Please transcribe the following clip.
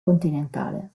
continentale